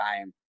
time